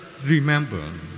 remember